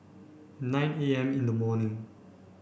nine A M in the morning